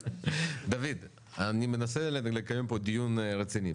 דוד, אני מנסה לקיים פה דיון רציני.